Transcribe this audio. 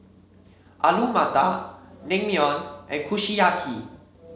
Alu Matar Naengmyeon and Kushiyaki